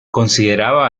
consideraba